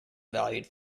valued